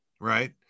Right